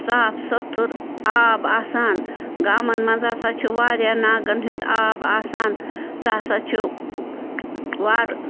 صاف سُتھٕر آب آسان گامَن مَنٛز ہَسا چھُ واریاہ ناگَن ہُنٛد آب آسان سُہ ہَسا چھُ وارٕ